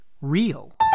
real